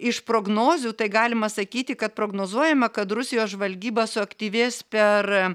iš prognozių tai galima sakyti kad prognozuojama kad rusijos žvalgyba suaktyvės per